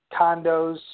condos